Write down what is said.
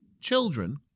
children